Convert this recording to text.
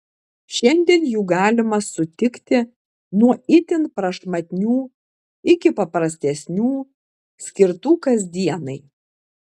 šiandien jų galima sutikti nuo itin prašmatnių iki paprastesnių skirtų kasdienai